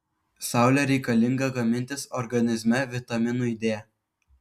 saulė reikalinga gamintis organizme vitaminui d